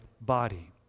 body